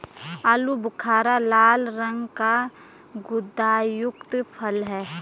आलू बुखारा लाल रंग का गुदायुक्त फल है